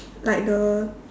like the